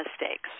mistakes